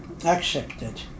accepted